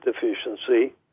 deficiency